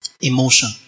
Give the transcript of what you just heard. emotion